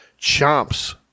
Chomps